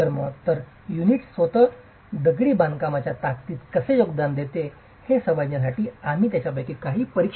तर युनिट स्वतःच दगडी बांधकामाच्या ताकदीत कसे योगदान देते हे समजण्यासाठी आम्ही त्यांच्यापैकी काहींचे परीक्षण करू